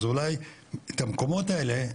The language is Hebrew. אז אולי את המקומות האלה,